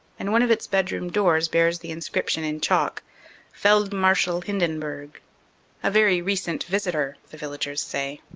and one of its bedroom doors bears the inscription in chalk feldmarschall hinden burg a very recent visitor, the villagers say.